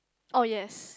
oh yes